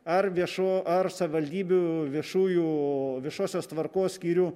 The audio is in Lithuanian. ar viešų ar savivaldybių viešųjų viešosios tvarkos skyrių